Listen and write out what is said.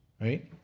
right